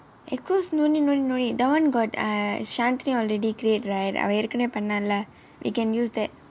executive committees no need no need no need that [one] got err shantini already create right அவள் ஏற்கனவே பண்ணலே:aval erkanavae pannalae we can use that